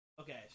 Okay